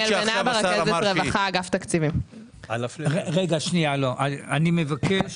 מי שמבין פרקטיקה פרלמנטרית, בתחומים שאני לא מבין